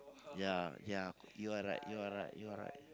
ya ya you are right you are right you are right